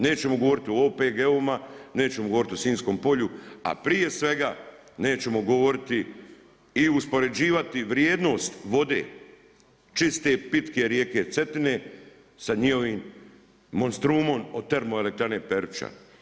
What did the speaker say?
Nećemo govoriti o OPG-ovima, nećemo govoriti o Sinjskom polju, a prije svega nećemo govoriti i uspoređivati vrijednost vode, čiste, pitke rijeke Cetine sa njihovim monstrumom od termoelektrane Peruča.